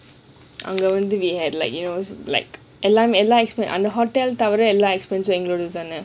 அங்க வந்து:anga wanthu like you know like அங்க வந்து:anga wanthu we had like அந்த:antha hotel expenses தவித்து எல்லாம் எண்களோடதுதான்:tawindhu ellam engalodathuthaan